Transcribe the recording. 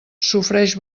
sofreix